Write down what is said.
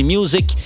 Music